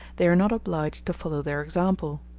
they are not obliged to follow their example.